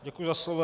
Děkuji za slovo.